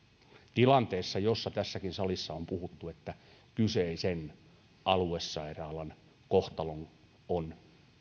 tilanteessa josta on tässäkin salissa puhuttu että kyseisen aluesairaalan kohtalo on